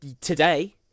today